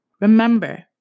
remember